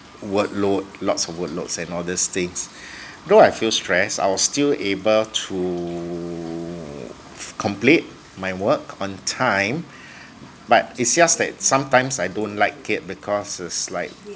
workload lots of workload and all these things although I feel stress I was still able to complete my work on time but it's just that sometimes I don't like it because its like